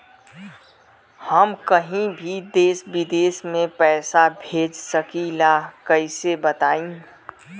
हम कहीं भी देश विदेश में पैसा भेज सकीला कईसे बताई?